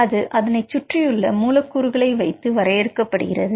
அது அதனைச் சுற்றியுள்ள மூலக்கூறுகளை வைத்து வரையறுக்கப்படுகிறது